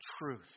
truth